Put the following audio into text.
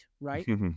right